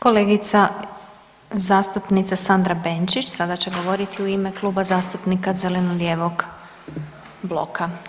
Kolegica zastupnica Sandra Benčić sada će govoriti u ime Kluba zastupnika zeleno-lijevog bloka.